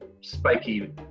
spiky